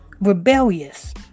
rebellious